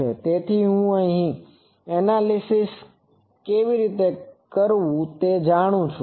તેથી હું એનાલિસીસanalyzeવિશ્લેષણ કેવી રીતે કરવું તે જાણું છું